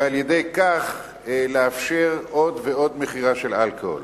ועל-ידי כך לאפשר עוד ועוד מכירה של אלכוהול.